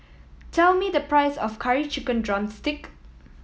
tell me the price of Curry Chicken drumstick